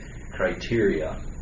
criteria